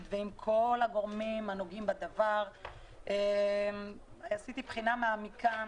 בין כל הגורמים הנוגעים בדבר עשיתי בחינה מעמיקה.